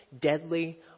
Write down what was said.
deadly